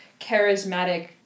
charismatic